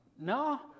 No